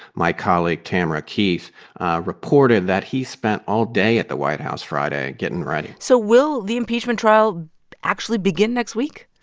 my colleague tamara keith reported that he spent all day at the white house friday getting ready so will the impeachment trial actually begin next week?